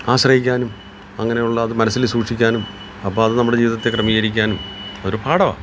ആശ്രയിക്കാനും അങ്ങനെയുള്ള അതു മനസ്സിൽ സൂക്ഷിക്കാനും അപ്പോൾ അതു നമ്മുടെ ജീവിതത്തെ ക്രമീകരിക്കാനും ഒരു പാഠമാണ്